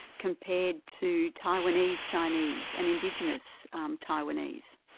compared to taiwanese chinese, and indigenous um taiwanese?